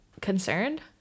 concerned